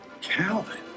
Calvin